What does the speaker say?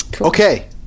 Okay